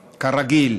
כרגיל,